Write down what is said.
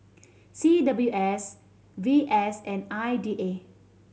C W S V S and I D A